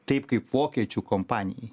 taip kaip vokiečių kompanijai